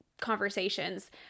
conversations